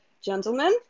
Gentlemen